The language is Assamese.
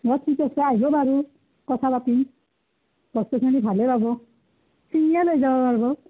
অঁ ঠিক আছে আহিব বাৰু কথা পাতিম বস্তুখিনি ভালে পাব ছিঙিয়ে লৈ যাব পাৰিব